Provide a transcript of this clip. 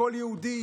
לכל יהודי,